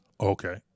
Okay